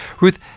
Ruth